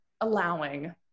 allowing